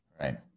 Right